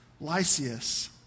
Lysias